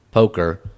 Poker